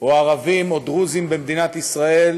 או ערבים או דרוזים במדינת ישראל,